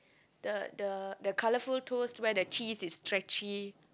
the the the colourful toast where the cheese is stretchy